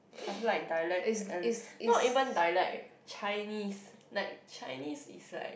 I feel like dialect and not even dialect Chinese like Chinese is like